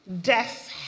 death